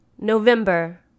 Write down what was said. November